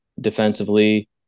Defensively